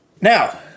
Now